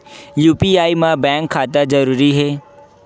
UPI मा bank खाता जरूरी हे?